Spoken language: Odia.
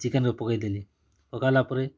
ଚିକେନ୍ରେ ପକେଇ ଦେଲି ପକାଲା ପରେ